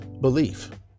belief